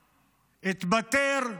התפטר,